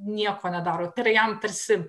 nieko nedaro tai yra jam tarsi